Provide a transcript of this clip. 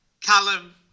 Callum